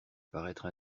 paraître